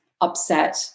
upset